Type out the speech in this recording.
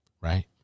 right